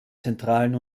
zentralen